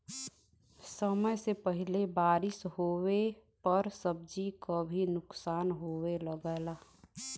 समय से पहिले बारिस होवे पर सब्जी क भी नुकसान होये लगला